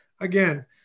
again